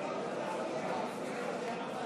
חבר הכנסת